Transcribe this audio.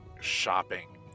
shopping